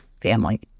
family